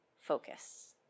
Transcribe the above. focus